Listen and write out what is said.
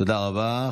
תודה רבה.